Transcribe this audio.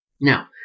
now